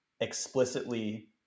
explicitly